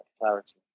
clarity